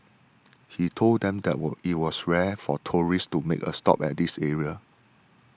he told them that was it was rare for tourists to make a stop at this area